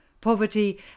Poverty